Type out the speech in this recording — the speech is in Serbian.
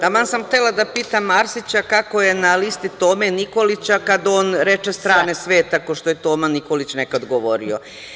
Taman sam htela da pitam Arsića - kako je na listi Tome Nikolića kad on reče strane sveta kao što je Toma Nikolić nekada govorio.